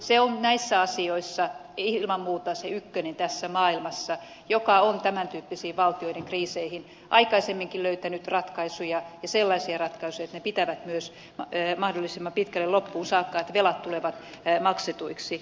se on näissä asioissa ilman muuta se ykkönen tässä maailmassa joka on tämän tyyppisiin valtioiden kriiseihin aikaisemminkin löytänyt ratkaisuja ja sellaisia ratkaisuja että ne pitävät myös mahdollisimman pitkälle loppuun saakka että velat tulevat maksetuiksi